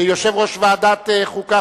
יושב-ראש ועדת החוקה,